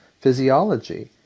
physiology